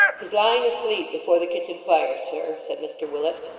he's lying asleep before the kitchen fire, sir said mr willet.